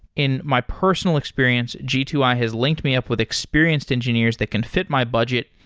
in my personal experience, g two i has linked me up with experienced engineers that can fit my budget,